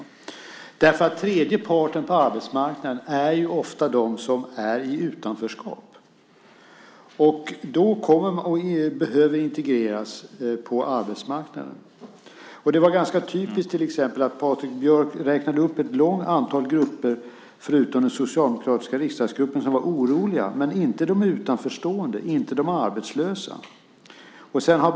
Tredje parten på arbetsmarknaden är ofta de som är i utanförskap och behöver integreras på arbetsmarknaden. Det var typiskt till exempel att Patrik Björck räknade upp en rad grupper, förutom den socialdemokratiska riksdagsgruppen, som var oroliga - men inte de utanförstående, inte de arbetslösa.